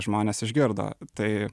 žmonės išgirdo tai